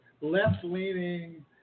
left-leaning